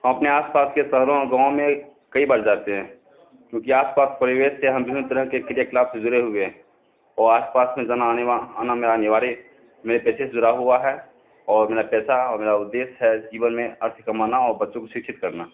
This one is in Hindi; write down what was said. हम अपने आसपास के शहरों और गाँव में कई बार जाते हैं चूँकि आसपास परिवेश से हम विभिन्न तरह के क्रियाकलाप से जुड़े हुए हैं और आसपास में जाना आना मेरा अनिवार्य है मेरे पेशे से जुड़ा हुआ है और मेरा पेशा और मेरा उद्देश्य है जीवन में अर्थ कमाना और बच्चों को शिक्षित करना